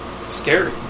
Scary